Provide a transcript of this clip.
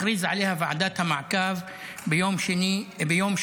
המלחמה שהכריזה עליה ועדת המעקב ביום שישי.